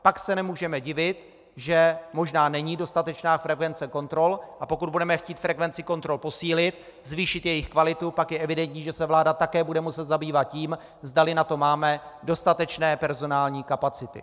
Pak se nemůžeme divit, že možná není dostatečná frekvence kontrol, a pokud budeme chtít frekvenci kontrol posílit, zvýšit jejich kvalitu, pak je evidentní, že se vláda také bude muset zabývat tím, zdali na to máme dostatečné personální kapacity.